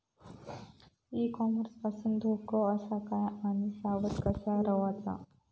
E commerce पासून धोको आसा काय आणि सावध कसा रवाचा?